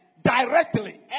Directly